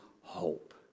hope